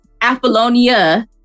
Apollonia